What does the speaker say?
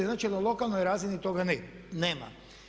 Znači na lokalnoj razini toga nema.